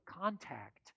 contact